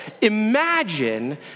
Imagine